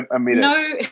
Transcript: no